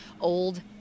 Old